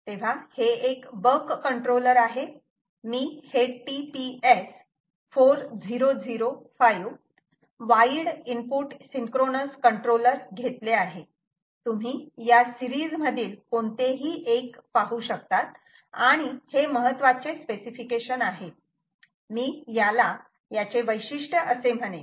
तेव्हा हे एक बक कंट्रोलर आहे मी हे TPS 4005 wide input synchronous controller घेतो तुम्ही या सिरीज मधील कोणतेही एक पाहू शकता आणि हे महत्त्वाचे स्पेसिफिकेशन आहेत मी याला याचे वैशिष्ट्य असे म्हणेण